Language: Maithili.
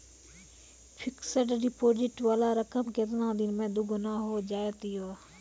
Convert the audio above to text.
फिक्स्ड डिपोजिट वाला रकम केतना दिन मे दुगूना हो जाएत यो?